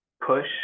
push